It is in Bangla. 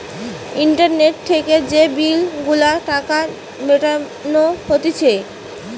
ইন্টারনেট থেকে যে বিল গুলার টাকা মিটানো হতিছে